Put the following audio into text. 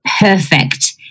perfect